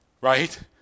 Right